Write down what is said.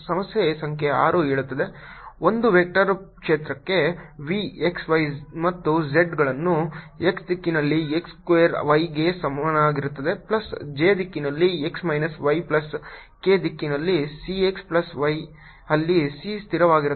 ಸಮಸ್ಯೆ ಸಂಖ್ಯೆ 6 ಹೇಳುತ್ತದೆ ಒಂದು ವೆಕ್ಟರ್ ಕ್ಷೇತ್ರಕ್ಕೆ V x y ಮತ್ತು z ಗಳು x ದಿಕ್ಕಿನಲ್ಲಿ x ಸ್ಕ್ವೇರ್ y ಗೆ ಸಮನಾಗಿರುತ್ತದೆ ಪ್ಲಸ್ j ದಿಕ್ಕಿನಲ್ಲಿ x minus y plus k ದಿಕ್ಕಿನಲ್ಲಿ c x ಪ್ಲಸ್ y ಅಲ್ಲಿ c ಸ್ಥಿರವಾಗಿರುತ್ತದೆ